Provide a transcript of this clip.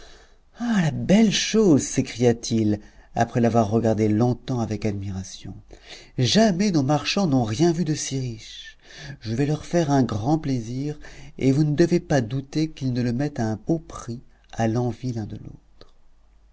ah la belle chose s'écria-t-il après l'avoir regardé longtemps avec admiration jamais nos marchands n'ont rien vu de si riche je vais leur faire un grand plaisir et vous ne devez pas douter qu'ils ne le mettent à un haut prix à l'envi l'un de l'autre